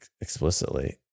explicitly